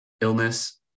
illness